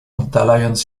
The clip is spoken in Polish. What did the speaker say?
oddalając